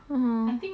uh